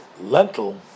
lentil